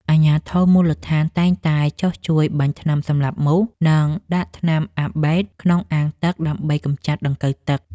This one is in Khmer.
អាជ្ញាធរមូលដ្ឋានតែងតែចុះជួយបាញ់ថ្នាំសម្លាប់មូស និងដាក់ថ្នាំអាប៊ែតក្នុងអាងទឹកដើម្បីកម្ចាត់ដង្កូវទឹក។